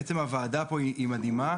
עצם הוועדה פה היא מדהימה,